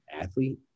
athlete